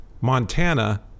Montana